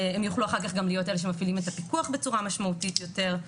הם יוכלו אחר כך גם להיות אלה שמפעילים את הפיקוח בצורה משמעותית יותר,